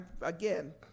again